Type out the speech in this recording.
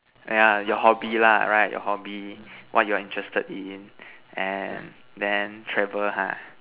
yeah your hobby lah right your hobby what you're interested in and then travel ha